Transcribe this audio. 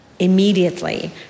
immediately